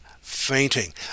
fainting